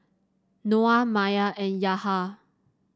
Noah Maya and Yahya